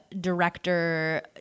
director